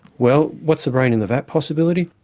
well what's a brain in the vat possibility?